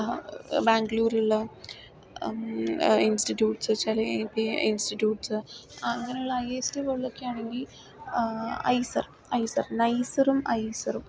ആ ബാംഗ്ലൂരുള്ള institutes I B A institutes അങ്ങനെയുള്ള ഐ ഐ എസ് ടി പോലുള്ളതൊക്കെയാണെങ്കിൽ ഐസർ ഐസർ നൈസറും ഐസറും